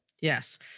Yes